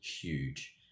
huge